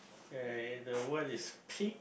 uh the word is pick